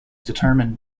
determined